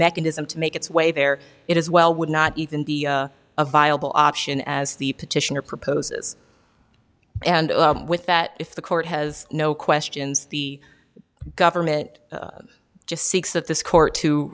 mechanism to make its way there it is well would not even be a viable option as the petitioner proposes and with that if the court has no questions the government just seeks that this court to